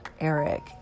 Eric